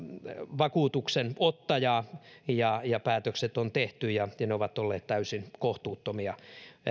vakuutuksenottajaa ja ja päätökset on tehty ja ja ne ovat olleet täysin kohtuuttomia